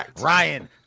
ryan